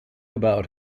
about